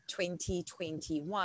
2021